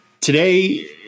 today